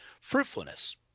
fruitfulness